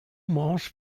morsch